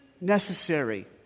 necessary